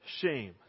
shame